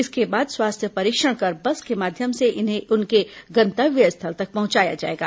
इसके बाद स्वास्थ्य परीक्षण कर बस के माध्यम से इन्हें उनके गंतव्य स्थल तक पहुंचाया जाएगा